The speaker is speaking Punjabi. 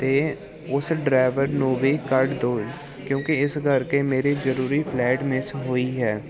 ਅਤੇ ਉਸ ਡਰਾਈਵਰ ਨੂੰ ਵੀ ਕੱਢ ਦਿਓ ਕਿਉਂਕਿ ਇਸ ਕਰਕੇ ਮੇਰੀ ਜ਼ਰੂਰੀ ਫਲੈਟ ਮਿਸ ਹੋਈ ਹੈ